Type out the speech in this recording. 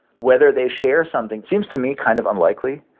whether they share something, seems to me, kind of unlikely.